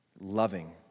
loving